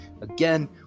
Again